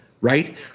right